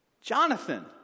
Jonathan